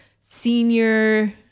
senior